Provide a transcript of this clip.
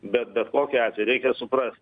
bet bet kokiu atveju reikia suprast